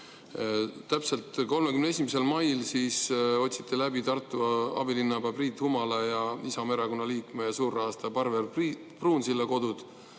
Täpselt 31. mail otsiti läbi Tartu abilinnapea Priit Humala ja Isamaa Erakonna liikme ja suurrahastaja Parvel Pruunsilla kodud